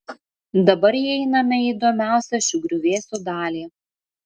dabar įeiname į įdomiausią šių griuvėsių dalį